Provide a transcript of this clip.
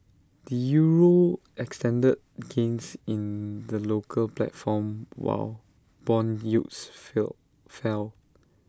the euro extended gains in the local platform while Bond yields fell fell